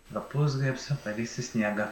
lapus grėbsiu valysiu sniegą